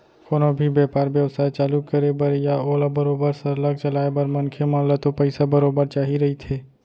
कोनो भी बेपार बेवसाय चालू करे बर या ओला बरोबर सरलग चलाय बर मनखे मन ल तो पइसा बरोबर चाही रहिथे